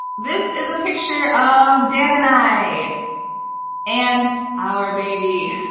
this is a picture of dan and i and our baby.